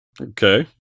Okay